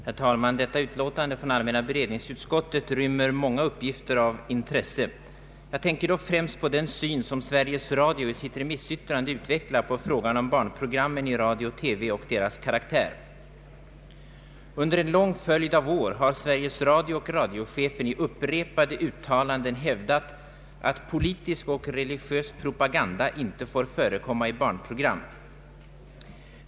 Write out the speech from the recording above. Herr talman! Detta utlåtande från allmänna <:beredningsutskottet rymmer många uppgifter av intresse. Jag tänker då främst på den syn som Sveriges Radio i sitt remissyttrande utvecklar på frågan om barnprogrammen i radio och TV och deras karaktär. Under en lång följd av år har Sveriges Radio och radiochefen i upprepade uttalanden hävdat, att politisk och religiös propaganda inte får förekomma i barnprogram.